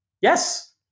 Yes